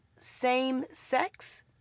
same-sex